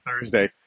Thursday